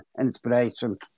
inspiration